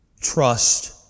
Trust